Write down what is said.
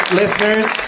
listeners